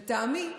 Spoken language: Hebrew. לטעמי,